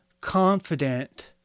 confident